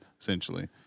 essentially